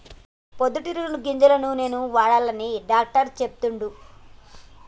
పొద్దు తిరుగుడు గింజల నూనెనే వాడమని డాక్టర్ చెప్పిండు